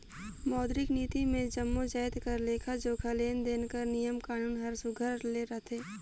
मौद्रिक नीति मे जम्मो जाएत कर लेखा जोखा, लेन देन कर नियम कानून हर सुग्घर ले रहथे